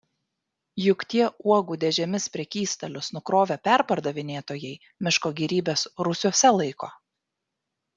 juk tie uogų dėžėmis prekystalius nukrovę perpardavinėtojai miško gėrybes rūsiuose laiko